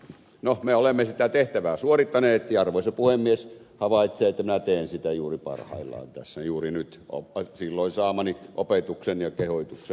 no me olemme sitä tehtävää suorittaneet ja arvoisa puhemies havaitsee että minä teen sitä juuri parhaillaan tässä juuri nyt silloin saamani opetuksen ja kehotuksen mukaisesti